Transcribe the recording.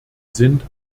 sind